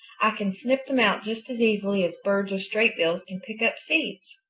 i can snip them out just as easily as birds with straight bills can pick up seeds.